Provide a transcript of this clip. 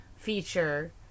Feature